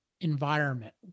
environment